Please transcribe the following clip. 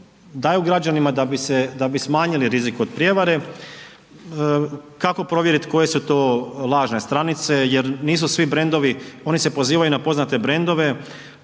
daju građanima da bi se, da bi smanjili rizik od prijevare. Kako provjerit koje su to lažne stranice jer nisu svi brendovi, on se pozivaju na poznate brendove,